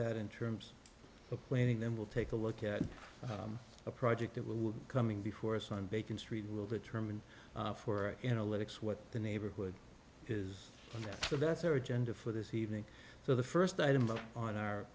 that in terms of planning then we'll take a look at a project that will be coming before us on bacon street will determine for analytics what the neighborhood is and so that's our agenda for this evening so the first item on our